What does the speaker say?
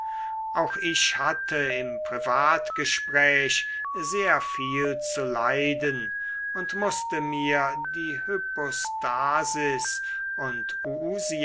auch ich hatte im privatgespräch sehr viel zu leiden und mußte mir die hypostasis und